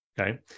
Okay